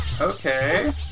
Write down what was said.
Okay